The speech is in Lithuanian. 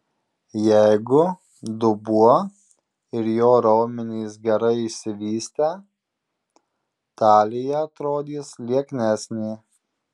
jeigu dubuo ir jo raumenys gerai išsivystę talija atrodys lieknesnė